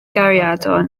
gariadon